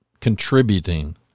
contributing